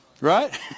Right